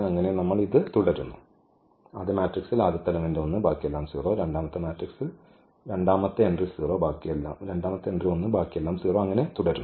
അങ്ങനെ നമ്മൾ ഇത് തുടരുന്നു